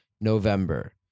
November